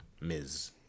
Ms